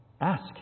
Ask